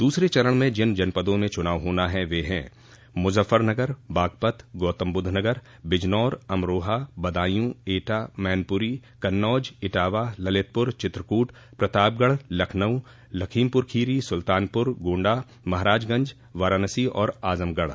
दूसरे चरण में जिन जनपदों में चुनाव होना है वे है मुजफ्फरनगर बागपत गौतमबुद्ध नगर बिजनौर अमरोहा बदायू एटा मैनपुरी कन्नौज इटावा ललितपुर चित्रकूट प्रतापगढ लखनऊ लखीमपुर खीरी सुल्तानपुर गोण्डा महराजगंज वाराणसी और आजमगढ़